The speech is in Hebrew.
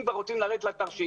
אם כבר רוצים לרדת לתרשימים,